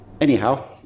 anyhow